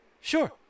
Sure